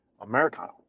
Americano